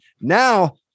Now